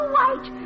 White